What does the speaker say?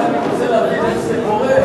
לכן אני רוצה להבין איך זה קורה.